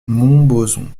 montbozon